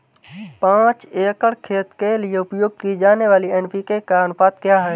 पाँच एकड़ खेत के लिए उपयोग की जाने वाली एन.पी.के का अनुपात क्या है?